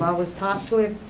always talked to him.